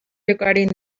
regarding